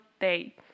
day